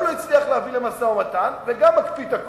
גם לא הצליח להביא למשא-ומתן וגם מקפיא את הכול.